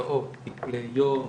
מרפאות לטיפולי יום,